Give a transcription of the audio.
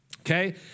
okay